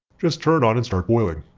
just turn it on and start boiling.